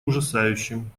ужасающим